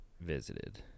visited